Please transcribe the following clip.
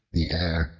the air,